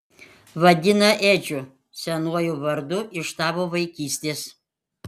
vadina edžiu senuoju vardu iš tavo vaikystės